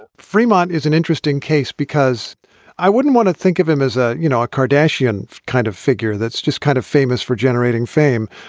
freeman is an interesting case because i wouldn't want to think of him as a, you know, a cardassian kind of figure that's just kind of famous for generating fame.